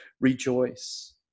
rejoice